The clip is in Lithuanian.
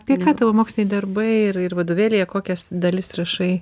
apie ką tavo moksliniai darbai ir ir vadovėlyje kokias dalis rašai